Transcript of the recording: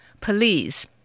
Police